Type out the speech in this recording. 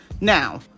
Now